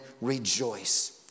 rejoice